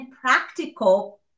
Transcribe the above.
practical